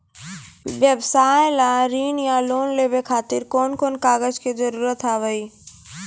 व्यवसाय ला ऋण या लोन लेवे खातिर कौन कौन कागज के जरूरत हाव हाय?